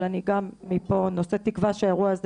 אבל אני גם מפה נושאת תקווה שהאירוע הזה